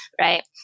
right